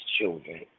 children